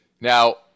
Now